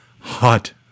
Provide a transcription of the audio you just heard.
hot